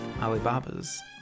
Alibaba's